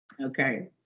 Okay